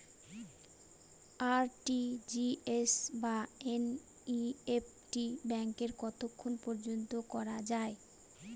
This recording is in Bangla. আর.টি.জি.এস বা এন.ই.এফ.টি ব্যাংকে কতক্ষণ পর্যন্ত করা যায়?